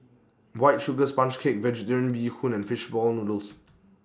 White Sugar Sponge Cake Vegetarian Bee Hoon and Fish Ball Noodles